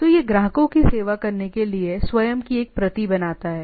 तो यह ग्राहकों की सेवा करने के लिए स्वयं की एक प्रति बनाता है